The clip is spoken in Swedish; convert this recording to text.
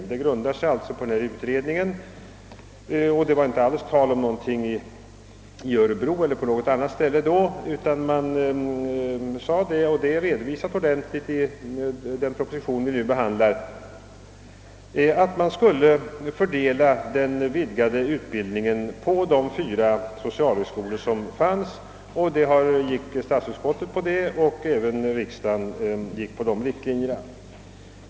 I denna proposition som grundade sig på socionomutbildningssakkunnigas betänkande, talades det inte alls om en femte socialhögskola i Örebro eller någon annanstans, utan det sades — vilket ordentligt har redovisats i den nu föreliggande propositionen — att den önskvärda vidgningen av socionomutbildningen borde åstadkommas inom ramen för de fyra socialhögskolor som redan finns. Även statsutskottet och riksdagen följde de riktlinjerna.